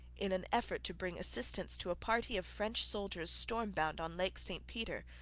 in an effort to bring assistance to a party of french soldiers storm-bound on lake st peter,